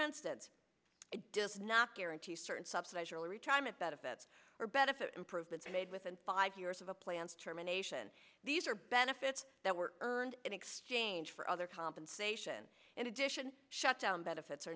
instance does not guarantee certain subsidize early retirement benefits or benefit improvements made within five years of a plan's terminations these are benefits that were earned in exchange for other compensation in addition shut down benefits